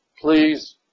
Please